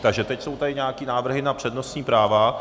Takže teď jsou tady nějaké návrhy na přednostní práva.